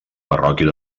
parròquia